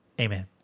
Amen